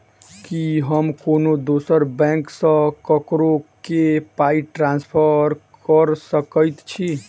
की हम कोनो दोसर बैंक सँ ककरो केँ पाई ट्रांसफर कर सकइत छि?